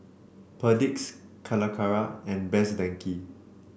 Perdix Calacara and Best Denki